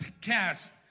cast